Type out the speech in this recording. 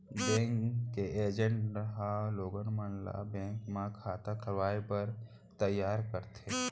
bank के agent ह लोगन मन ल बेंक म खाता खोलवाए बर तइयार करथे